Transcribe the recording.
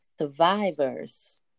survivors